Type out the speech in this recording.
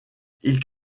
ils